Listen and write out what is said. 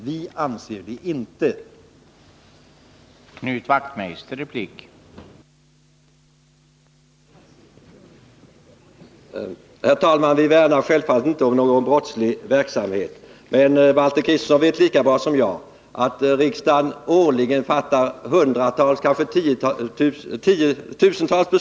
Vi anser inte att det är så.